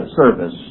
service